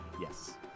Yes